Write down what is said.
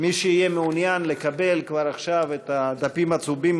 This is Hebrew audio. מי שיהיה מעוניין לקבל עכשיו את הדפים הצהובים,